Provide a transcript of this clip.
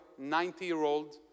90-year-old